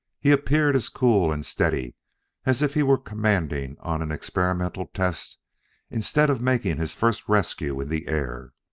he appeared as cool and steady as if he were commanding on an experimental test instead of making his first rescue in the air.